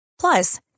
Plus